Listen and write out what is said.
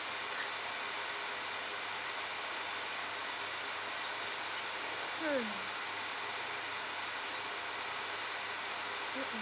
hmm mm mm